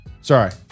Sorry